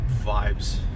Vibes